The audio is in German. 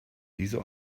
diese